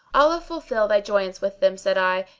allah fulfil thy joyance with them, said i,